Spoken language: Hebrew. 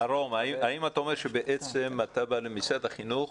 מירום, האם אתה אומר שבעצם אתה מבקש ממשרד החינוך